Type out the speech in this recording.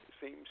seems